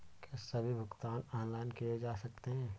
क्या सभी भुगतान ऑनलाइन किए जा सकते हैं?